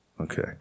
Okay